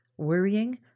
worrying